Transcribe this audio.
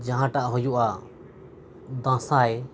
ᱡᱟᱦᱟᱸᱴᱟᱜ ᱦᱩᱭᱩᱜᱼᱟ ᱫᱟᱸᱥᱟᱭ